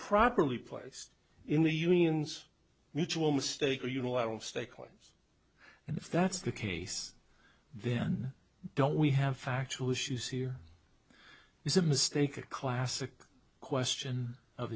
properly placed in the union's mutual mistake or unilateral stay claims and if that's the case then don't we have factual issues here is a mistake a classic question of